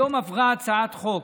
היום עברה הצעת חוק,